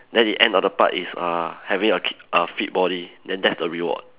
then the end of the part is uh having a ki~ a fit body then that's the reward